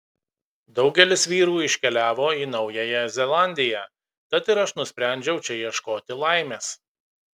daugelis vyrų iškeliavo į naująją zelandiją tad ir aš nusprendžiau čia ieškoti laimės